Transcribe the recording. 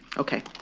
ok.